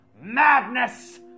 madness